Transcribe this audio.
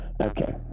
Okay